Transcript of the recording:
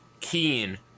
Keen